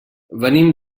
venim